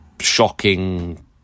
shocking